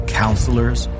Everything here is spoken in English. counselors